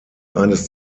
eines